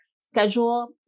schedule